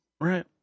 right